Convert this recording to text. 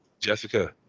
Jessica